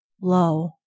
lo